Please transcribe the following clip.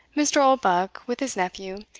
mr. oldbuck, with his nephew,